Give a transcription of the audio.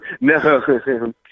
No